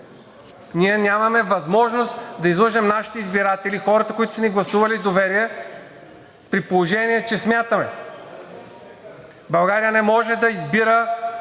Ние нямаме възможност да излъжем нашите избиратели, хората, които са ни гласували доверие, при положение че смятаме, че България не може да избира